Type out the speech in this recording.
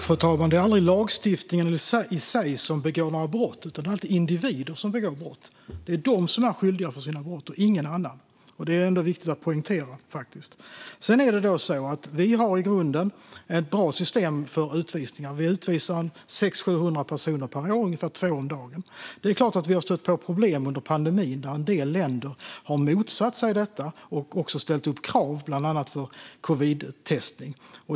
Fru talman! Det är aldrig lagstiftningen i sig som begår brott, utan det är alltid individer som begår brott. Det är de som är skyldiga till sina brott - ingen annan. Detta är viktigt att poängtera. Vi har i grunden ett bra system för utvisningar. Vi utvisar 600-700 personer per år - ungefär två om dagen. Det är klart att vi har stött på problem under pandemin. En del länder har motsatt sig detta och även ställt upp krav, bland annat på covidtestning.